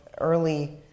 early